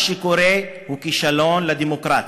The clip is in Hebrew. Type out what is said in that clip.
מה שקורה הוא כישלון לדמוקרטיה.